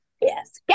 Yes